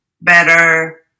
better